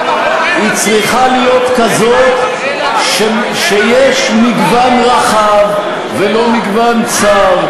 היא צריכה להיות כזאת שיש בה מגוון רחב ולא מגוון צר.